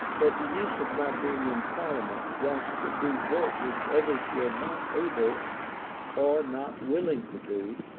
that the use of my being in parliament was to do work which others were not able or not willing to do,